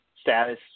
status